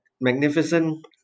magnificent